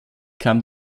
kam